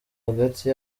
hagati